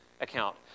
account